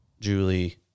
Julie